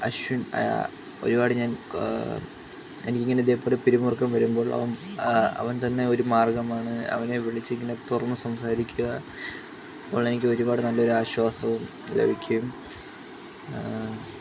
അശ്വിൻ ഒരുപാട് ഞാൻ എനിക്കിങ്ങനിതേപോലെ പിരിമുറുക്കം വരുമ്പോഴോ അവൻ തന്ന ഒരു മാർഗ്ഗവാണ് അവനെ വിളിച്ചിങ്ങനെ തുറന്ന് സംസാരിക്കുക അപ്പോഴെനിക്ക് ഒരുപാട് നല്ലൊരാശ്വാസവും ലഭിക്കും